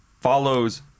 follows